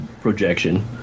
projection